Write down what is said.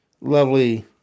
Lovely